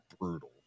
brutal